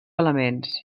elements